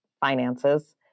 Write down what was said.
finances